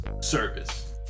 service